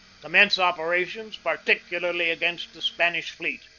commence operations particularly against the spanish fleet.